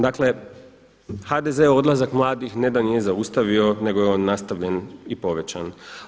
Dakle, HDZ odlazak mladih ne da nije zaustavio, nego je on nastavljen i povećan.